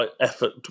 effort